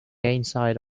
inside